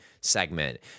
segment